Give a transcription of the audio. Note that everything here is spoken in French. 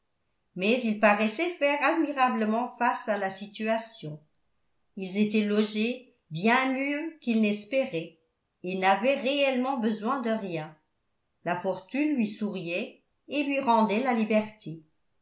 mais ils paraissaient faire admirablement face à la situation ils étaient logés bien mieux qu'ils n'espéraient et n'avaient réellement besoin de rien la fortune lui souriait et lui rendait la liberté